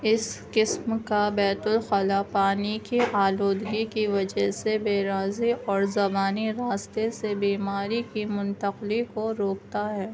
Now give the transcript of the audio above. اس قسم کا بیت الخلا پانی کے آلودگی کی وجہ سے بیرازی اور زمانی راستے سے بیماری کی منتقلی کو روکتا ہے